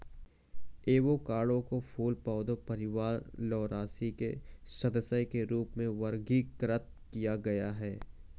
avocado को फूल पौधे परिवार लौरासी के सदस्य के रूप में वर्गीकृत किया गया है